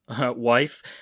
wife